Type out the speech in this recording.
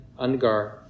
Ungar